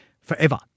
forever